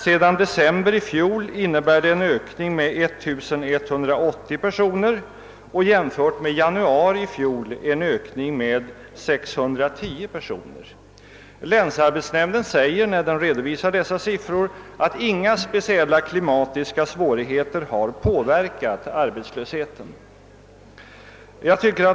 Det innebär en ökning sedan december i fjol med 1180 personer och jämfört med januari i fjol en ökning med 610 personer. Länsarbetsnämnden säger, när den redovisar dessa siffror, att inga speciella klimatiska svårigheter har påverkat arbetslösheten.